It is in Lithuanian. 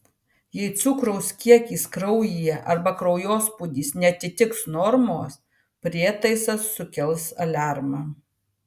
jei cukraus kiekis kraujyje arba kraujospūdis neatitiks normos prietaisas sukels aliarmą